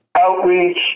outreach